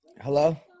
Hello